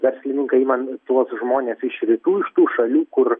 verslininkai ima tuos žmones iš rytų iš tų šalių kur